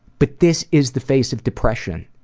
but this is the face of depression.